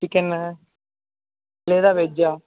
chicken లేదా వెజ్జ